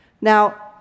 Now